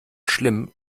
schlimm